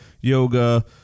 yoga